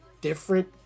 different